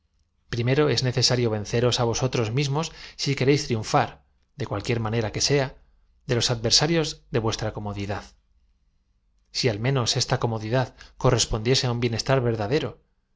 ero es necesario venceros á vosotros mismos sí queréis triunfar de cualquier manera que sea de los adversarios de vuestra comodidad jsi al menos esta comodidad co rrespondiese á un bienestar verdadero